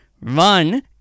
run